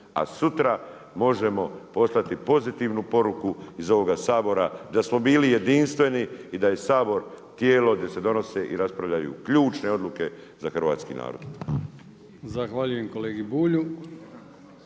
a sutra možemo poslati pozitivnu poruku iz ovoga Sabora da smo bili jedinstveni i da je Sabor tijelo gdje se donose i raspravljaju ključne odluke za hrvatski narod.